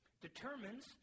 determines